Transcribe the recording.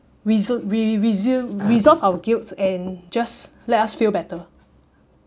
reso~ re~ resume resolve our guilts and just let us feel better